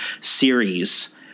series